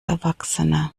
erwachsene